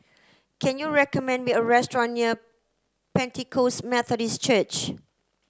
can you recommend me a restaurant near Pentecost Methodist Church